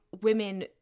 women